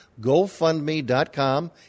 GoFundMe.com